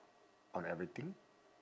on everything